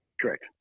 Correct